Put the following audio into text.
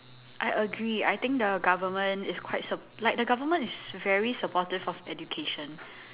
I agree I think the government is quite sup~ like the government is very supportive of education